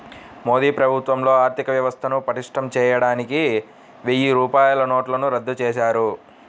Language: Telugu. మోదీ ప్రభుత్వంలో ఆర్ధికవ్యవస్థను పటిష్టం చేయడానికి వెయ్యి రూపాయల నోట్లను రద్దు చేశారు